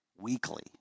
weekly